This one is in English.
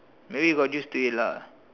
maybe you got used to it lah